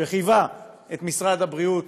שחייבה את משרד הבריאות